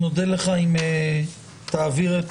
נודה לך אם תעביר את